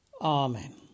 Amen